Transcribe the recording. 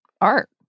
art